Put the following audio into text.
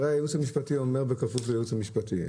הייעוץ המשפטי אומר שזה צריך להיות בכפוף לייעוץ המשפטי.